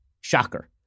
Shocker